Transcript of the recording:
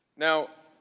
now,